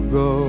go